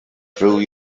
through